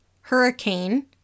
hurricane